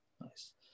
Nice